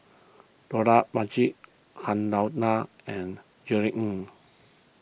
Dollah Majid Han Lao Da and Jerry Ng